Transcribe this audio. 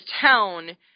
town